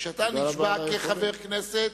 כשאתה נשבע כחבר כנסת,